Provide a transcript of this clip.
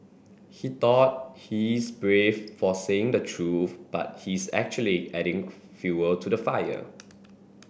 he thought he's brave for saying the truth but he's actually adding fuel to the fire